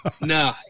No